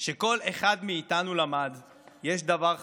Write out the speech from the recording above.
שכל אחד מאיתנו למד יש דבר חשוב: